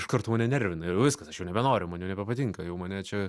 iš karto mane nervina ir jau viskas aš jau nebenoriu man jau nebepatinka jau mane čia